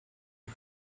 she